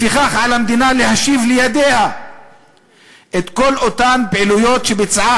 "להשיב לידיה את כל אותן פעילויות שביצעה